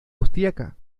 austriaca